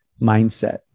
mindset